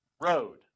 road